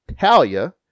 Talia